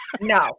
no